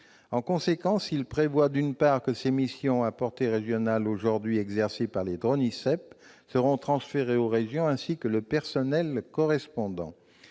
et les professions et, d'autre part, que ces missions à portée régionale, aujourd'hui exercées par les DRONISEP, seront transférées aux régions, ainsi que le personnel correspondant.